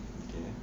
okay